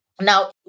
Now